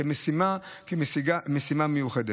כמשימה מיוחדת.